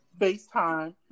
FaceTime